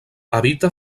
habita